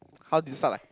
how did you start like